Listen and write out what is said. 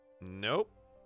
Nope